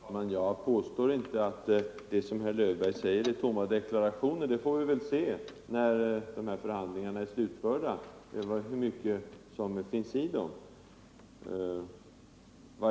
Herr talman! Jag påstår inte att herr Löfbergs ord är tomma deklarationer. När de här förhandlingarna är slutförda får vi väl se hur mycket de är värda.